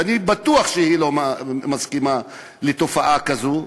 שאני בטוח שהיא לא מסכימה לתופעה כזאת,